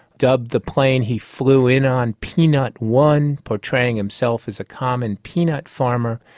dubbed the plane he flew in on peanut one, portraying himself as a common peanut farmer.